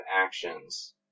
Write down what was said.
actions